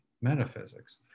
metaphysics